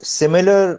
similar